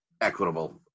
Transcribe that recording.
equitable